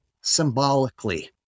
symbolically